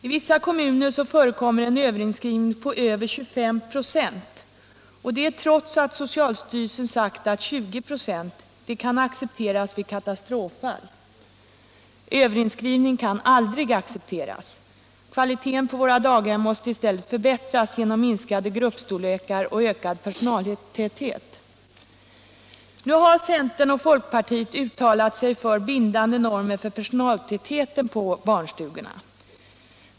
I vissa kommuner förekommer en överinskrivning på mer än 25 96, trots att socialstyrelsen sagt att 20 96 kan accepteras vid katastroffall. Överinskrivning kan aldrig accepteras. Kvaliteten på våra daghem måste i stället förbättras genom minskade gruppstorlekar och ökad personaltäthet. Nu har centern och folkpartiet uttalat sig för bindande normer för personaltätheten på barnstugorna.